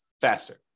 faster